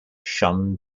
shunned